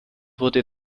wurde